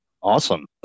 awesome